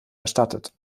erstattet